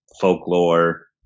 folklore